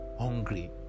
hungry